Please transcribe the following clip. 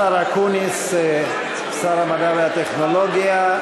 תודה לשר אקוניס, שר המדע והטכנולוגיה,